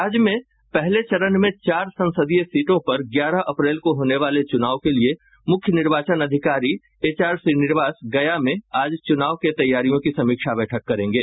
राज्य में पहले चरण में चार संसदीय सीटों पर ग्यारह अप्रैल को होने वाले चुनाव के लिये मुख्य निर्वाचन अधिकारी एच आर श्रीनिवास गया में आज चुनाव के तैयारियों की समीक्षा बैठक करेंगे